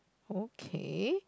okay